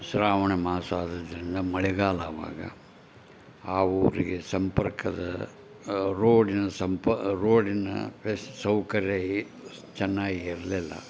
ಶ್ರಾವಣ ಮಾಸ ಆದ್ದರಿಂದ ಮಳೆಗಾಲ ಆವಾಗ ಆ ಊರಿಗೆ ಸಂಪರ್ಕದ ರೋಡಿನ ಸಂಪ ರೋಡಿನ ರಸ ಸೌಕರ್ಯ ಚೆನ್ನಾಗಿರಲಿಲ್ಲ